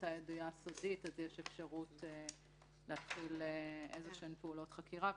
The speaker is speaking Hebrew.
אותה ידיעה סודית יש אפשרות להתחיל פעולות חקירה.